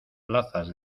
plazas